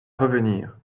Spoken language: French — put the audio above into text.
revenir